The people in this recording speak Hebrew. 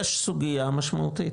יש סוגייה משמעותית